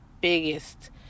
biggest